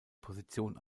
position